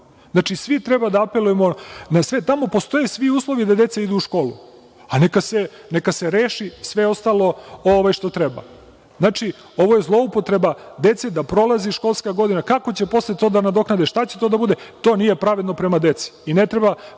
Znači, svi treba da apelujemo na sve. Tamo postoje svi uslovi da deca idu u školu, a neka se reši sve ostalo što treba. Ovo je zloupotreba dece, da prolazi školska godina. Kako će posle to da nadoknade? To nije pravedno prema deci